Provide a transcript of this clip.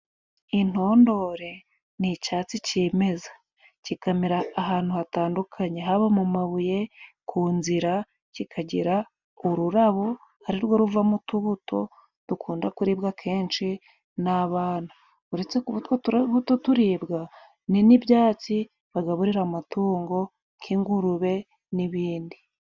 Intondore ni icatsi kimeza kikamera ahantu hatandukanye haba mu mabuye, ku nzira ,kikagira ururabo ari rwo ruvamo utubuto dukunda kuribwa akenshi n'abana ,uretse kuba utwo tubuto turibwa ni n'ibyatsi bagaburira amatungo nk'ingurube n'ibindi.